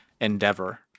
Endeavor